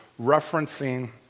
referencing